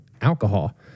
alcohol